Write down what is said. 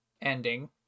ending